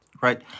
Right